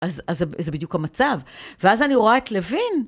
אז זה בדיוק המצב. ואז אני רואה את לבין..